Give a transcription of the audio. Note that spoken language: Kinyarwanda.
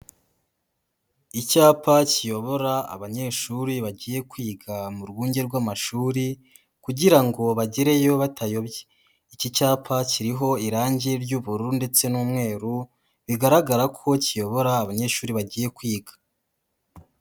Icyapa kiyobora abanyeshuri bagiye kwiga mu rwunge rw'amashuri kugira ngo bagereyo batayobye, iki cyapa kiriho irange ry'ubururu ndetse n'umweru bigaragara ko kiyobora abanyeshuri bagiye kwiga.